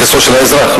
לכיסו של האזרח,